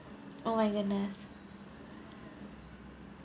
oh my goodness